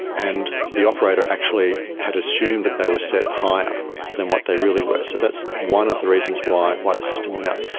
and the operator actually had assumed that they were set higher than what they really were, so that's one of the reasons why why the system went out.